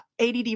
ADD